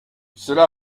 cela